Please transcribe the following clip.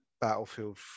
Battlefield